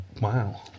Wow